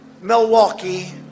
Milwaukee